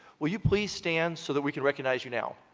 will you please stand so that we can recognize you now?